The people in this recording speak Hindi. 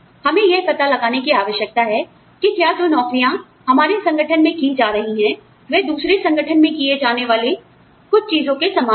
हमें यह पता लगाने की आवश्यकता है कि क्या जो नौकरियाँ हमारे संगठन में की जा रही हैं वह दूसरे संगठन में किए जाने वाले कुछ चीजों के समान हैं